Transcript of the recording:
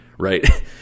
Right